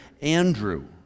Andrew